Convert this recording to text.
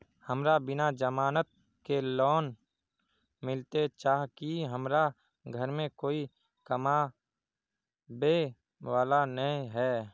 हमरा बिना जमानत के लोन मिलते चाँह की हमरा घर में कोई कमाबये वाला नय है?